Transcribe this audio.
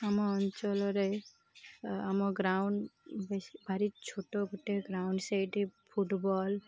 ଆମ ଅଞ୍ଚଲରେ ଆମ ଗ୍ରାଉଣ୍ଡ ଭାରି ଛୋଟ ଗୋଟେ ଗ୍ରାଉଣ୍ଡ ସେଇଠି ଫୁଟବଲ୍